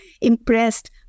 impressed